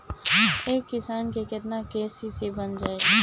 एक किसान के केतना के.सी.सी बन जाइ?